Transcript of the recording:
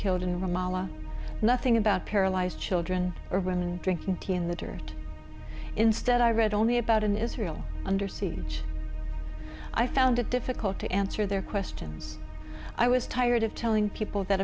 ramallah nothing about paralyzed children or women drinking tea in the dirt instead i read only about an israel under siege i found it difficult to answer their questions i was tired of telling people that